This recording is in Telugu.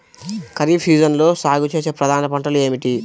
ఖరీఫ్ సీజన్లో సాగుచేసే ప్రధాన పంటలు ఏమిటీ?